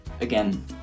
Again